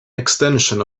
extension